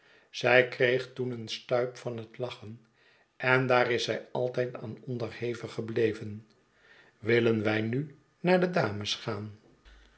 zij kreeg toen een stuip van het lachen en daar is zij altijd aan onderhevig gebleven willen wij nu naar de dames gaan